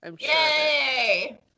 yay